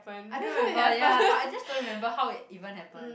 I don't remember ya but I just don't remember how it even happen